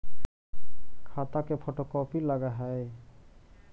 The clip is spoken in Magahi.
खाता के फोटो कोपी लगहै?